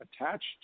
attached